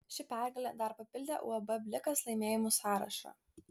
ši pergalė dar papildė uab blikas laimėjimų sąrašą